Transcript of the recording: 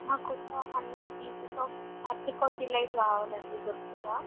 మాకు ఒక hundred pieces of apricot delight కావాలండి దొరుకుతుందా